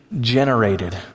generated